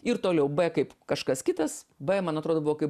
ir toliau b kaip kažkas kitas b man atrodo buvo kaip